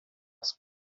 asked